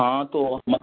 हाँ तो